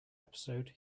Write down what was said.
episode